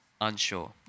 unsure